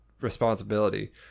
responsibility